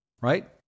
right